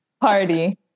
party